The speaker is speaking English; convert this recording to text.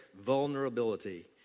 vulnerability